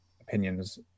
opinions